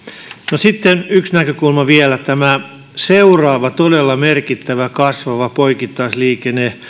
no sitten yksi näkökulma vielä seuraava todella merkittävä kasvava poikittaisliikenne